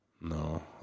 No